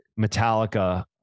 Metallica